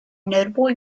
notable